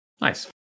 Nice